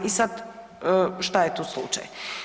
I sad, što je tu slučaj?